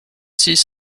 six